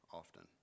often